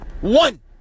One